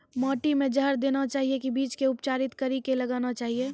माटी मे जहर देना चाहिए की बीज के उपचारित कड़ी के लगाना चाहिए?